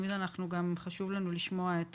תמיד חשוב לנו לשמוע את